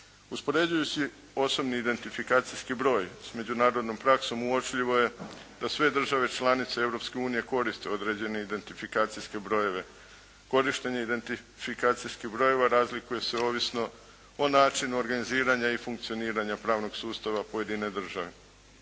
Uspoređujući osobni identifikacijski broj s međunarodnom praksom uočljivo je da sve države članice Europske unije koriste određene identifikacijske brojeve. Korištenje identifikacijskih brojeva razlikuje se ovisno o načinu organiziranja i funkcioniranja pravnog sustava pojedine države.